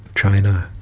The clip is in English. china,